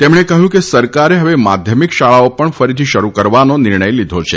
તેમણે કહ્યું કે સરકારે હવે માધ્યમિક શાળાઓ પણ ફરીથી શરૂ કરવાનો નિર્ણય લીધો છે